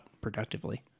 productively